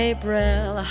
April